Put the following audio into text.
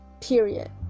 period